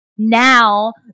Now